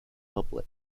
public